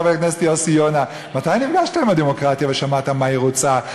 חבר הכנסת יוסי יונה: מתי נפגשת עם הדמוקרטיה ושמעת מה היא רוצה?